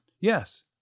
yes